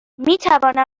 میتوانم